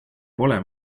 pole